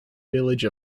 village